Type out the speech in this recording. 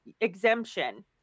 exemption